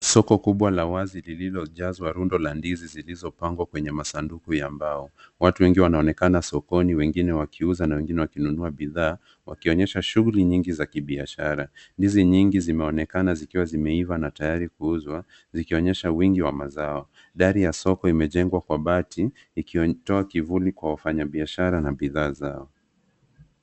Soko kubwa la wazi lilojazwa rundo la ndizi zilizo pangwa kwenye sanduku ya mbao. Watu wengi wanaonekana sokoni wengine wakiuza na wengine wakinunua bidhaa wakionyesha shughuli nyingi za kibiashara. Ndizi nyingi zimeonekana zikiwa zimeivaa na tayari kuuzwa vikionyesha wingi wa mazao. Ndani ya soko imejengwa kwa bati ikitoa kivuli kwa wafanye biashara na bidhaa zao.